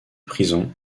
prison